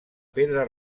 pedra